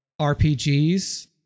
rpgs